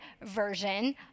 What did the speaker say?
version